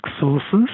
sources